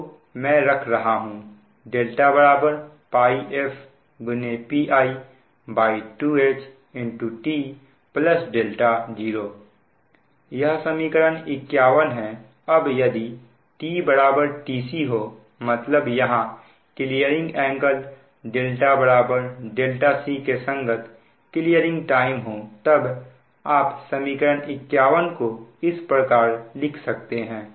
तो मैं रख रहा हूं δ πfPi2Ht 0 यह समीकरण 51 है अब यदि t बराबर tc हो मतलब यहां क्लीयरिंग एंगल δc के संगत क्लीयरिंग टाइम हो तब आप समीकरण 51 को इस प्रकार लिख सकते हैं